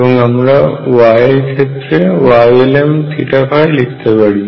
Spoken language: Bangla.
এবং আমরা Y এর ক্ষেত্রে Ylmθϕ লিখতে পারি